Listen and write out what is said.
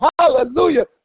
hallelujah